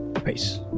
Peace